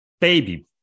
Baby